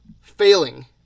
Failing